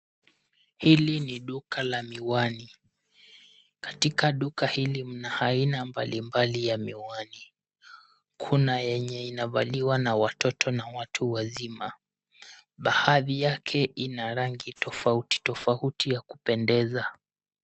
Hili ni duka la miwani. Katika duka hili mna aina mbalimbali ya miwani. Kuna eneye inavaliwa na watoto na watu wazima. Baadhi yake ina rangi tofautitofauti ya kupendeza.